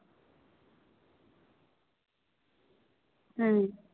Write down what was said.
ᱦᱮᱸ